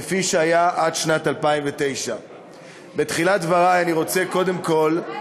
כפי שהיה עד שנת 2009. תעשי את זה את קודם.